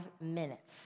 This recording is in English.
minutes